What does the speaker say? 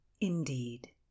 Indeed